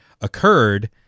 occurred